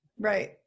Right